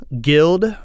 Guild